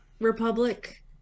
Republic